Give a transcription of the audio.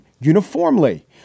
uniformly